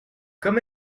comme